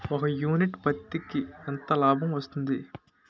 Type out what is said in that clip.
ఒక యూనిట్ పత్తికి ఎంత లాభం వస్తుంది?